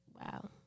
wow